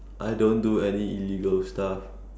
I don't do any illegal stuff